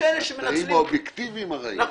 מן התנאים האובייקטיביים הרעים.